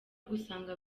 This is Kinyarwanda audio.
gusanga